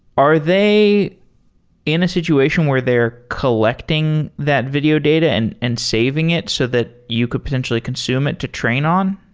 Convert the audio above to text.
are they in a situation where they're collecting that video data and and saving it so that you could potentially consume it to train on?